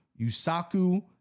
Yusaku